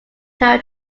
tara